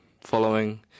following